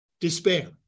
despair